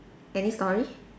any story